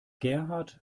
gerhard